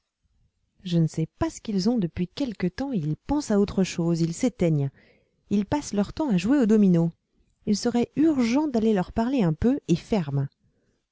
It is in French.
je ne sais pas ce qu'ils ont depuis quelque temps ils pensent à autre chose ils s'éteignent ils passent leur temps à jouer aux dominos il serait urgent d'aller leur parler un peu et ferme